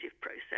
process